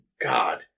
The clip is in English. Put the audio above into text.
god